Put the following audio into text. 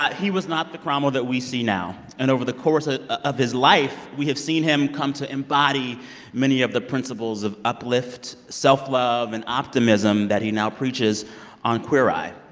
he was not the karamo that we see now. and over the course ah of his life, we have seen him come to embody many of the principles of uplift, self-love and optimism that he now preaches on queer eye.